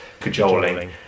cajoling